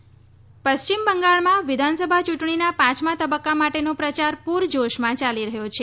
પશ્ચિમ બંગાળ પશ્ચિમ બંગાળમાં વિધાનસભા ચૂંટણીના પાંચમા તબક્કા માટેનો પ્રચાર પૂરજોશમાં યાલી રહ્યો છે